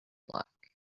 luck